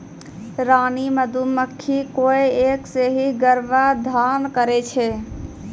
रानी मधुमक्खी कोय एक सें ही गर्भाधान करै छै